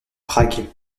prague